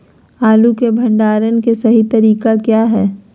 आलू के भंडारण के सही तरीका क्या है?